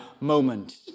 moment